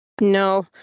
No